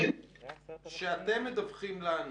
כשאתם מדווחים לנו